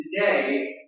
today